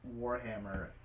Warhammer